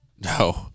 No